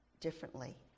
differently